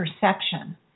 perception